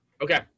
Okay